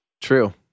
true